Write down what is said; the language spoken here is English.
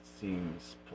seems